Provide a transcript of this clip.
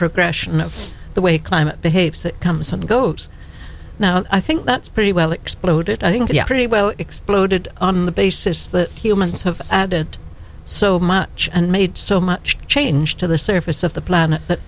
progression of the way climate behaves comes and goes now i think that's pretty well exploded i think pretty well exploded on the basis that humans have added so much and made so much change to the surface of the planet that